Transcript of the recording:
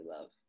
love